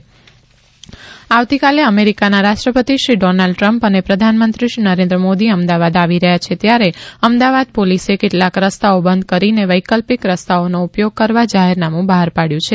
traffic Ahmedabad આવતીકાલે અમેરિકાના રાષ્ટ્રપતિ શ્રી ડોનાલ્ડ ટ્રમ્પ અને પ્રધાનમંત્રી શ્રી નરેન્દ્ર મોદી અમદાવાદ આવી રહ્યા છે ત્યારે અમદાવાદ પોલીસે કેટલાક રસ્તાઓ બંધ કરીને વૈકલ્પિક રસ્તાઓનો ઉપયોગ કરવા જાહેરનામુ બહાર પાડ્યું છે